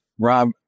Rob